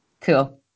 cool